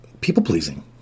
People-pleasing